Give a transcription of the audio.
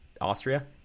Austria